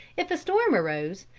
if a storm arose,